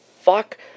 fuck